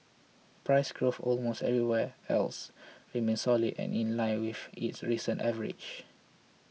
price growth almost everywhere else remained solid and in line with its recent average